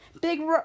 Big